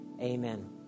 amen